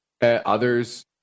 others